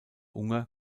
unger